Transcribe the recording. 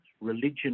religion